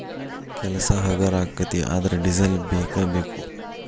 ಕೆಲಸಾ ಹಗರ ಅಕ್ಕತಿ ಆದರ ಡಿಸೆಲ್ ಬೇಕ ಬೇಕು